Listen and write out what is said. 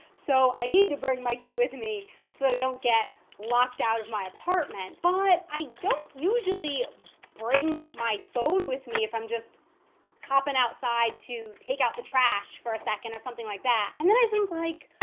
so i need to bring my key with me so that i don't get locked out of my apartment. but i don't usually bring my phone with me if i'm just hopping outside to take out the trash for a second or something like that. and then i think, like,